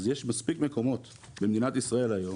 אז יש מספיק מקומות במדינת ישראל היום.